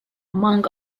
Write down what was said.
among